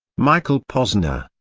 michael posner,